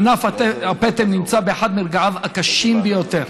ענף הפטם נמצא באחד מרגעיו הקשים ביותר.